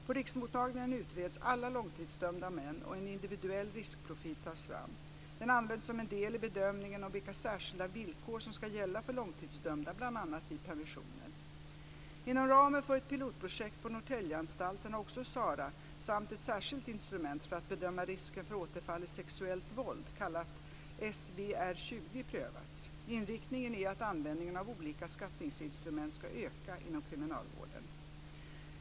På riksmottagningen utreds alla långtidsdömda män och en individuell riskprofil tas fram. Den används som en del i bedömningen av vilka särskilda villkor som ska gälla för långtidsdömda, bl.a. vid permissioner. Inom ramen för ett pilotprojekt på Norrtäljeanstalten har också SARA samt ett särskilt instrument för att bedöma risken för återfall i sexuellt våld, kallat SVR-20, prövats. Inriktningen är att användningen av olika skattningsinstrument ska öka inom kriminalvården.